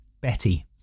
betty